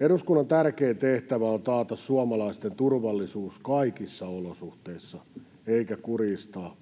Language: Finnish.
Eduskunnan tärkein tehtävä on taata suomalaisten turvallisuus kaikissa olosuhteissa eikä kurjistaa